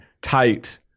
tight